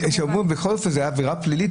שאומרים שבכל אופן זו הייתה עבירה פלילית,